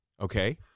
Okay